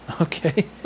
Okay